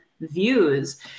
views